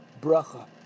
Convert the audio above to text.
bracha